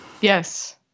Yes